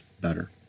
better